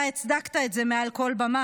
אתה הצדקת את זה מעל כל במה,